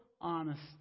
honesty